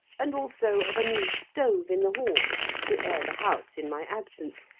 and also of a new stove in the hall to air the house in my absence,